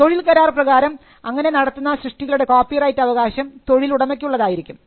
തൊഴിൽ കരാർ പ്രകാരം അങ്ങനെ നടത്തുന്ന സൃഷ്ടികളുടെ കോപ്പിറൈറ്റ് അവകാശം തൊഴിലുടമയ്ക്കുള്ളതായിരിക്കും